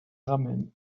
ramène